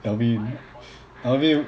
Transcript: alvin alvin